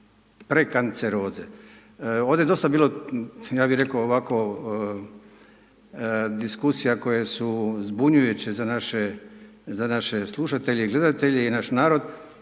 prekanceroze. Ovdje je dosta bilo, ja bi rekao ovako, diskusija koje su zbunjujuće za naše slušatelje i gledatelje i naš narod,